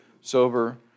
sober